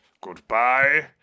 Goodbye